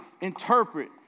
interpret